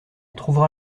trouvera